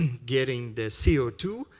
getting the c o two,